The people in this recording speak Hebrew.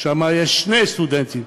שם יש שני סטודנטים,